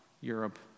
Europe